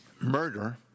murder